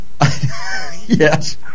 Yes